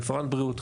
רפרנט בריאות,